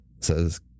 says